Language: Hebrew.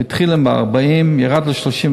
הוא התחיל עם 40, ירד ל-35,